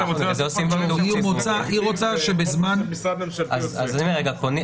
אחרת במקביל